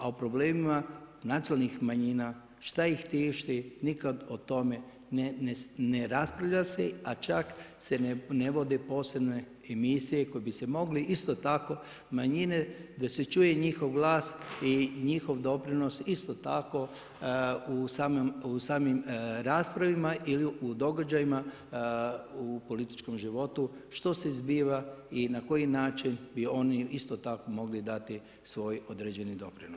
A o problemima nacionalnih manjina, šta ih tišti, nikad o tome ne raspravlja se, a čak se ne vode posebne emisije koje bi se mogle isto tako manjine da su čuje i njihov glas i njihov doprinos isto tako u samim raspravama ili događajima u političkom životu, što se zbiva i na koji način bi oni isto tako mogli dati svoj određeni doprinos.